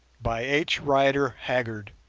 by h. rider haggard